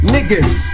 Niggas